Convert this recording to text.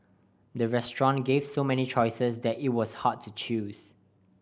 the restaurant gave so many choices that it was hard to choose